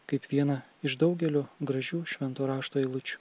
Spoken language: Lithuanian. kaip vieną iš daugelio gražių švento rašto eilučių